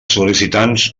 sol·licitants